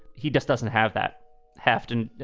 he just doesn't have that have done.